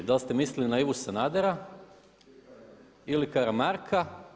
Da li ste mislili na Ivu Sanadera ili Karamarka?